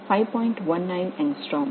19 angstrom